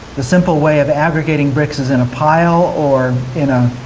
the simple way of aggregating bricks is in a pile or in a